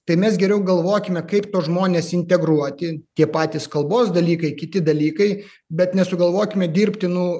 tai mes geriau galvokime kaip tuos žmones integruoti tie patys kalbos dalykai kiti dalykai bet nesugalvokime dirbtinų